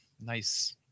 nice